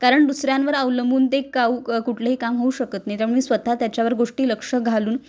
कारण दुसऱ्यांवर अवलंबून ते काऊ कुठलंही काम होऊ शकत नाही त्यामुळे स्वतः त्याच्यावर गोष्टी लक्ष घालून